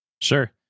Sure